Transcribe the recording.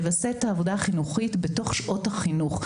לבסס את העבודה החינוכית בתוך שעות החינוך.